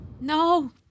No